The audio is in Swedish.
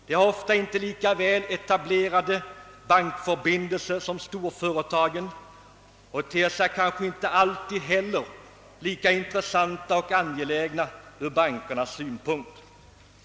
De har ofta inte lika väl etablerade bankförbindelser som storföretagen och de ter sig kanske inte heller lika intressanta och angelägna ur bankernas synpunkt.